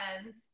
friends